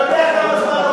אתה יודע כמה זמן לוקח,